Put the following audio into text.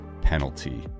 penalty